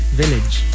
village